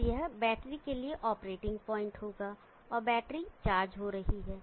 अब यह बैटरी के लिए ऑपरेटिंग पॉइंट होगा और बैटरी चार्ज हो रही है